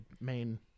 main